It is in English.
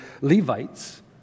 Levites